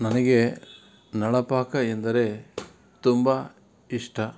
ನನಗೆ ನಳಪಾಕ ಎಂದರೆ ತುಂಬ ಇಷ್ಟ